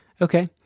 okay